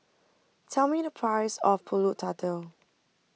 tell me the price of Pulut Tatal